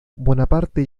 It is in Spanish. bonaparte